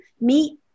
meet